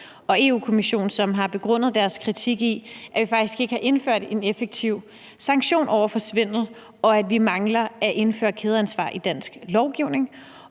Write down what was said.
Europa-Kommissionen, som har begrundet deres kritik med, at vi faktisk ikke har indført en effektiv sanktion over for svindel, og at vi mangler at indføre kædeansvar i dansk lovgivning.